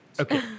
Okay